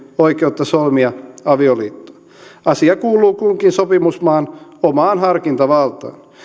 oikeutta solmia avioliittoa asia kuuluu kunkin sopimusmaan omaan harkintavaltaan